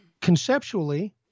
conceptually